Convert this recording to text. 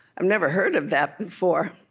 i've never heard of that before.